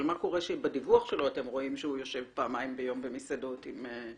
מה קורה כשבדיווח אתם רואים שהוא יושב פעמיים ביום במסעדות עם שדלנים?